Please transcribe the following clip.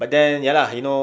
but then ya lah you know